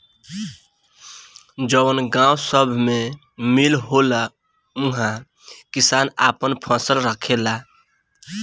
जवन गावं सभ मे मील होला उहा किसान आपन फसल राखेला